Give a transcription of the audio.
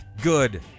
good